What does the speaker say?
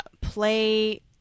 play